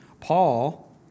Paul